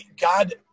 God